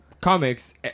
comics